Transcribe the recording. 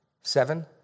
Seven